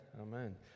Amen